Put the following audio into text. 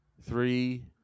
three